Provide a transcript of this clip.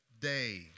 day